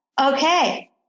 Okay